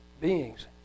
beings